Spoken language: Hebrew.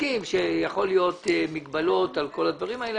כאשר מדובר בחברות כרטיסי האשראי,